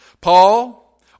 Paul